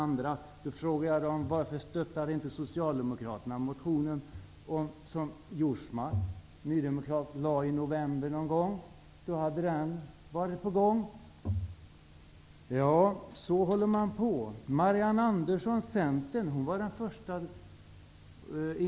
Jag vill då fråga honom: Varför stödde inte Socialdemokraterna nydemokraten Jousmas motion som väcktes i november? I så fall hade dess förslag nu varit på väg att genomföras.